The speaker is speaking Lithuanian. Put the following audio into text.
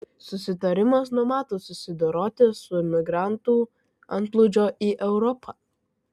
susitarimas numato susidoroti su migrantų antplūdžiu į europą